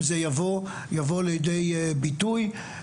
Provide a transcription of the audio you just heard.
אם זה יבוא, יבוא לידי ביטוי.